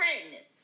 pregnant